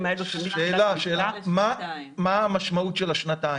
האלה שמתחילת המבצע --- מה המשמעות של השנתיים?